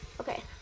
Okay